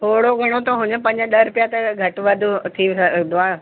थोरो घणो त हुजे पंज ॾह रुपिया त घटि वधि थी सघंदो आहे